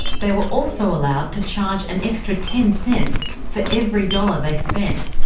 they were also allowed to charge an extra ten cents for every dollar they spent.